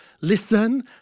listen